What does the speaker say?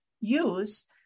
use